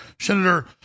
Senator